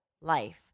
life